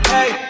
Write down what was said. Hey